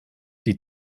die